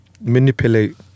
manipulate